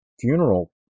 funeral